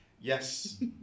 yes